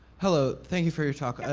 hello, thank you for your talk. ah